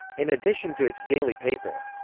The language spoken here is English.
in addition to its daily paper.